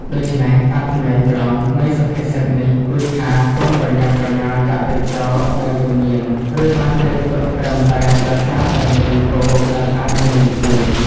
ដូច្នេះ អត្ថន័យត្រង់នៃសុភាសិតនេះគឺថា កុំប្រញាប់ប្រញាល់ចាក់ទឹកចោលដែលយើងមាន ឬបានត្រៀមទុក ត្រឹមតែដោយសារតែមានផ្គរដែលអាចនិងមានភ្លៀង ។